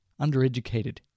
Undereducated